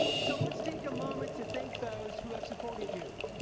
so, let's take moment to thank those who have supported you.